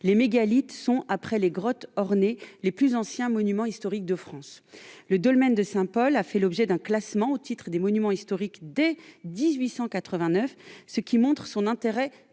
Les mégalithes sont, après les grottes ornées, les plus anciens monuments historiques de France. Le dolmen de Saint-Paul a fait l'objet d'un classement au titre des monuments historiques dès 1889, ce qui montre son intérêt patrimonial